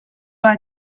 are